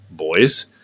boys